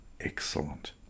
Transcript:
Excellent